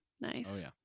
nice